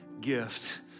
gift